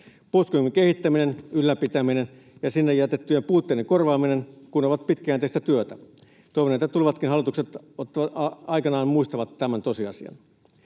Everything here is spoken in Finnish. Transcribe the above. Puolustuskykymme kehittäminen, ylläpitäminen ja siihen jätettyjen puutteiden korvaaminen kun ovat pitkäjänteistä työtä. Toivon, että tulevatkin hallitukset aikanaan muistavat tämän tosiasian.